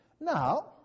Now